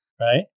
Right